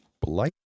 blight